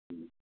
ꯎꯝ ꯎꯝ